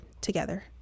together